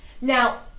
Now